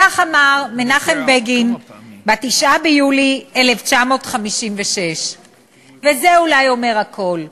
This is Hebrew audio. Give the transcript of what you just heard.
כך אמר מנחם בגין ב-9 ביולי 1956. וזה אולי אומר הכול.